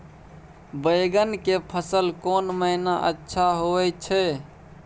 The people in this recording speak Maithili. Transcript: बैंगन के फसल कोन महिना अच्छा होय छै?